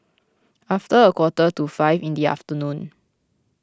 after a quarter to five in the afternoon